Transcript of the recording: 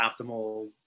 optimal